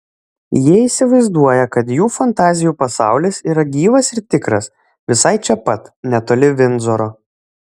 jie įsivaizduoja kad jų fantazijų pasaulis yra gyvas ir tikras visai čia pat netoli vindzoro